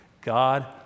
God